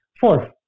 Fourth